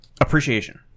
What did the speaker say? Appreciation